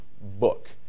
book